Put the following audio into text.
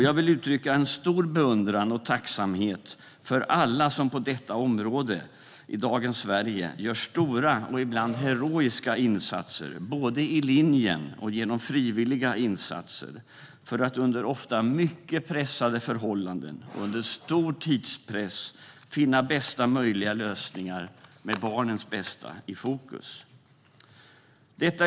Jag vill uttrycka en stor beundran för och tacksamhet mot alla som på detta område i dagens Sverige gör stora och ibland heroiska insatser, både i linjen och genom frivilliga insatser, för att under ofta mycket pressade förhållanden och stor tidspress finna bästa möjliga lösningar med barnens bästa i fokus.